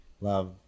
Love